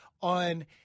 on